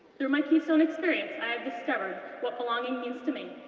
through my keystone experience, i have discovered what belonging means to me,